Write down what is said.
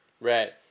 right